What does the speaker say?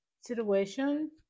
situation